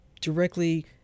directly